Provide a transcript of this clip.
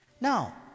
Now